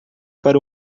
para